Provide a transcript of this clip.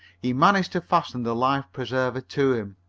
he managed to fasten the life-preserver to him,